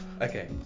Okay